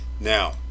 now